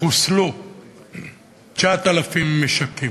חוסלו 9,000 משקים,